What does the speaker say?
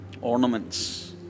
ornaments